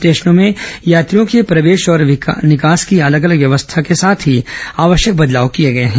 स्टेशनों में यात्रियों के प्रवेश और विकास की अलग अलग व्यवस्था के साथ ही आवश्यक बदलाव किए गए हैं